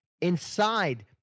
inside